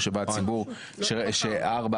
בעצם,